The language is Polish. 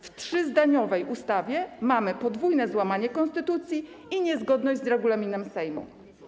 W trzyzdaniowej ustawie mamy podwójne złamanie konstytucji i niezgodność z regulaminem Sejmu.